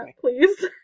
please